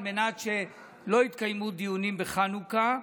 על מנת שלא יתקיימו דיונים בחנוכה.